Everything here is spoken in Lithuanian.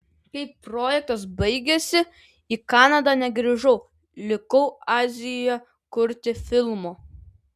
kai projektas baigėsi į kanadą negrįžau likau azijoje kurti filmo